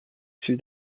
sud